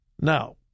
Now